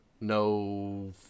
no